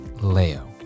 Leo